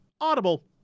Audible